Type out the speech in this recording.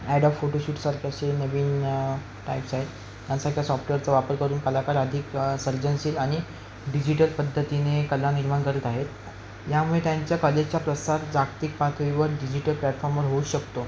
Adobe फोटोशूटसारखं असे नवीन टाईप्स आहेत ह्यांसारख्या सॉफ्टवेअरचा वापर करून कलाकार अधिक सर्जनशील आणि डिजिटल पद्धतीने कला निर्माण करत आहेत यामुळे त्यांच्या कलेचा प्रसार जागतिक पातळीवर डिजिटल प्लॅटफॉर्मवर होऊ शकतो